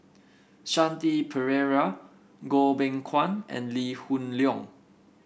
Shanti Pereira Goh Beng Kwan and Lee Hoon Leong